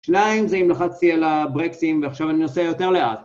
שניים, זה אם לחצתי על הברקסים, ועכשיו אני נוסע יותר לאט.